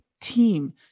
team